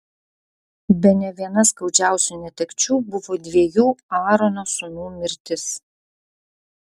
bene viena skaudžiausių netekčių buvo dviejų aarono sūnų mirtis